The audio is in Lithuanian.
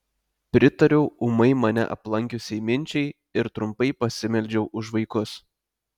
pritariau ūmai mane aplankiusiai minčiai ir trumpai pasimeldžiau už vaikus